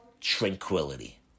tranquility